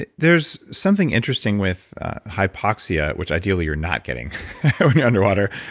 and there's something interesting with hypoxia, which ideally you're not getting when you're underwater.